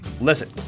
Listen